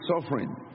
suffering